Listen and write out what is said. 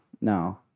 No